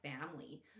family